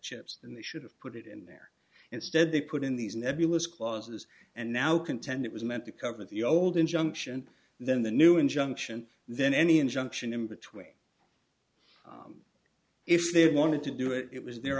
chips in the should have put it in there instead they put in these nebulous clauses and now contend it was meant to cover the old injunction then the new injunction then any injunction in between if they wanted to do it it was